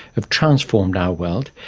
they've transformed our world,